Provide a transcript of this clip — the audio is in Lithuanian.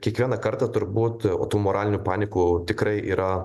kiekvieną kartą turbūt tų moralinių panikų tikrai yra